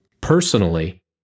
personally